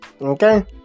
Okay